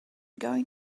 going